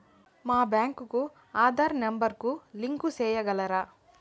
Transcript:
మా బ్యాంకు కు ఆధార్ నెంబర్ కు లింకు సేయగలరా?